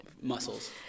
muscles